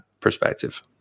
perspective